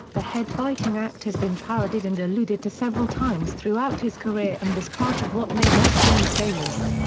the head-biting act has been parodied and alluded to several times throughout his career and is part of what made osbourne famous.